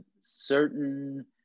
certain